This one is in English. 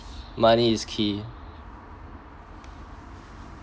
money is key